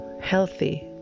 healthy